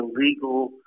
illegal